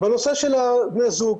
בנושא של בני זוג,